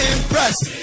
Impressed